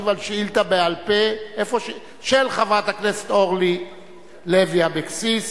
להשיב על שאילתא בעל-פה של חברת הכנסת אורלי לוי אבקסיס.